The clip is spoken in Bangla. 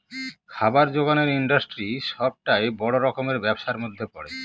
খাবার জোগানের ইন্ডাস্ট্রি সবটাই বড় রকমের ব্যবসার মধ্যে পড়ে